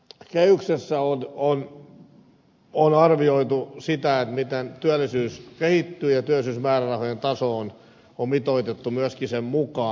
tässä kehyksessä on arvioitu sitä miten työllisyys kehittyy ja työllisyysmäärärahojen taso on mitoitettu myöskin sen mukaan